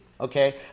okay